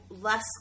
less